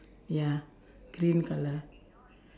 ya green colour